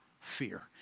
fear